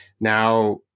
Now